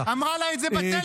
אמרה לה את זה בטלפון.